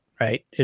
right